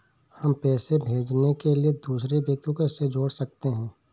हम पैसे भेजने के लिए दूसरे व्यक्ति को कैसे जोड़ सकते हैं?